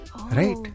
Right